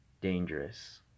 dangerous